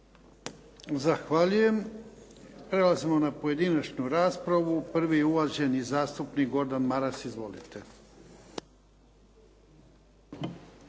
Zahvaljujem. Prelazimo na pojedinačnu raspravu. Prvi je uvaženi zastupnik Gordan Maras. Izvolite.